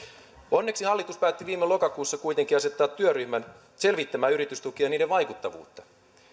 onneksi hallitus päätti viime lokakuussa kuitenkin asettaa työryhmän selvittämään yritystukia ja niiden vaikuttavuutta